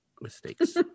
mistakes